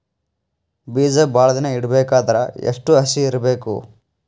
ಬೇಜ ಭಾಳ ದಿನ ಇಡಬೇಕಾದರ ಎಷ್ಟು ಹಸಿ ಇರಬೇಕು?